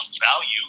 value